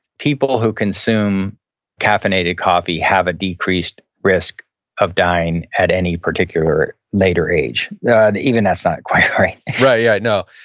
people who consume caffeinated coffee have a decreased risk of dying at any particular later age. even that's not quite right. right, yeah, i know.